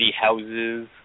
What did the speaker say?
houses